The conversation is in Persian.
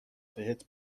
بهت